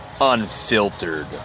unfiltered